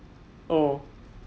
oh